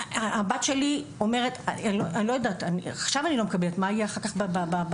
הבת שלי דואגת שאם עכשיו היא לא מקבלת אז מה יהיה אחר כך בסמינר?